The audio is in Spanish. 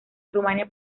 rumania